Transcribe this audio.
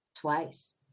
twice